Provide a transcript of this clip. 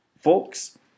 Folks